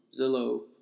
Zillow